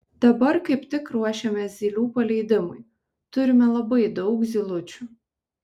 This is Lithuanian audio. dabar kaip tik ruošiamės zylių paleidimui turime labai daug zylučių